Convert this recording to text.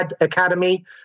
Academy